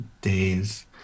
days